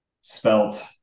spelt